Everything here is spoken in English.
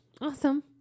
Awesome